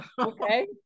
okay